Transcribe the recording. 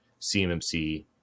CMMC